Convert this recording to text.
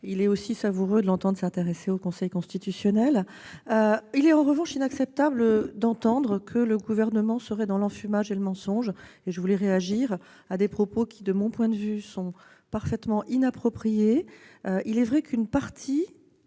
Il est aussi savoureux de l'entendre s'intéresser au Conseil constitutionnel. Il est en revanche inacceptable d'entendre que le Gouvernement pratiquerait l'enfumage et le mensonge. Je tenais à réagir à ces propos qui, de mon point de vue, sont totalement inappropriés. Il est vrai qu'une partie